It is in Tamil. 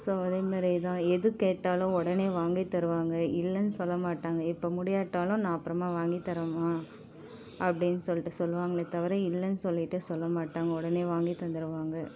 ஸோ அதேமேரியே தான் எது கேட்டாலும் ஒடனே வாங்கித்தருவாங்க இல்லன்னு சொல்லமாட்டாங்க இப்ப முடியாட்டாலும் நான் அப்பறமா வாங்கித் தரேம்மா அப்டின்னு சொல்ட்டு சொல்வாங்களே தவிர இல்லைன்னு சொல்லிட்டு சொல்ல மாட்டாங்கள் உடனே வாங்கித் தந்துருவாங்கள்